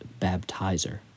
baptizer